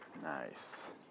Nice